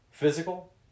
Physical